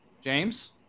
James